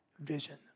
vision